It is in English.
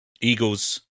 Eagles